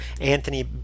Anthony